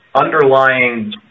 underlying